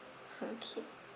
okay